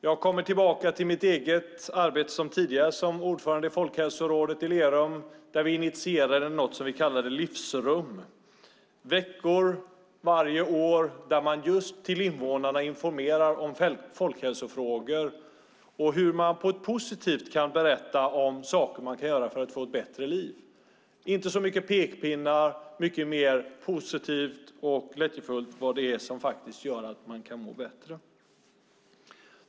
Jag kommer tillbaka till mitt tidigare arbete som ordförande i folkhälsorådet i Lerum. Där initierade vi något som vi kallade Livsrum. Det är några veckor varje år där man informerar invånarna om folkhälsofrågor och på ett positivt sätt berättar om saker man kan göra för att få ett bättre liv. Det är inte så mycket pekpinnar utan mer positivt och lättjefullt om vad det är som gör att man kan må bättre.